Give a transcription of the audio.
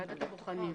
ועדת הבוחנים.